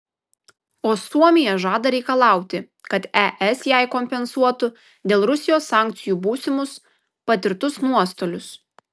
o suomija žada reikalauti kad es jai kompensuotų dėl rusijos sankcijų būsimus patirtus nuostolius